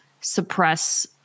suppress